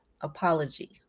apology